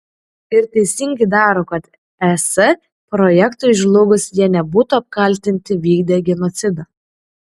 ir teisingai daro kad es projektui žlugus jie nebūtų apkaltinti vykdę genocidą